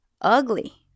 ugly